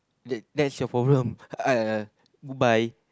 that that's your problem bye